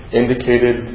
indicated